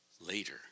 later